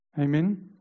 Amen